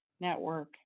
network